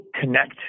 connect